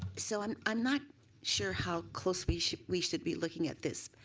so i'm i'm not sure how close we should we should be looking at this.